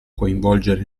coinvolgere